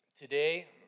Today